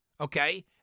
okay